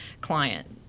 client